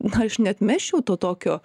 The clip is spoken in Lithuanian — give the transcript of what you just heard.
na aš neatmesčiau tų tokio